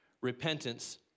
repentance